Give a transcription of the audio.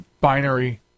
binary